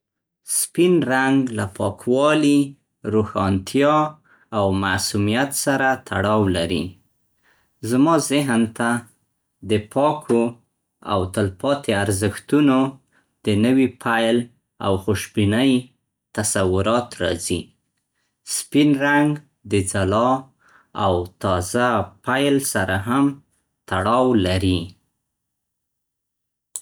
سپین رنګ له پاکوالي، روښانتیا او معصومیت سره تړاو لري. زما ذهن ته د پاکو او تل پاتې ارزښتونو، د نوې پیل او خوشبینۍ تصورات راځي. سپین رنګ د ځلا او تازه پیل سره هم تړاو لري.